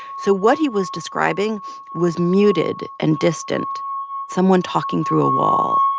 so what he was describing was muted and distant someone talking through a wall.